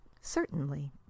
Certainly